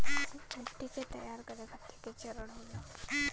मिट्टी के तैयार करें खातिर के चरण होला?